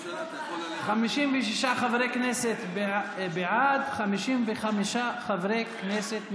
56 חברי כנסת בעד, 55 חברי כנסת נגד.